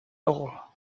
all